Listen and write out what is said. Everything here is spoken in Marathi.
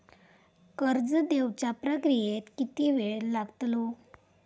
कर्ज देवच्या प्रक्रियेत किती येळ लागतलो?